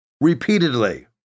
repeatedly